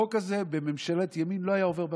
החוק הזה בממשלת ימין לא היה עובר בג"ץ,